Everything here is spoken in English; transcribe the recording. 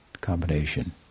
combination